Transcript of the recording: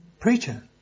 preacher